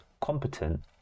competent